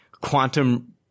quantum